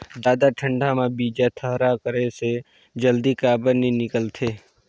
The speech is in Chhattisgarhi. जादा ठंडा म बीजा थरहा करे से जल्दी काबर नी निकलथे?